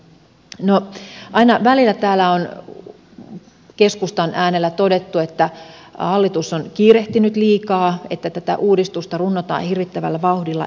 no aina välillä täällä on keskustan äänellä todettu että hallitus on kiirehtinyt liikaa että tätä uudistusta runnotaan hirvittävällä vauhdilla eteenpäin